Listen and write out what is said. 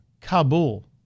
Kabul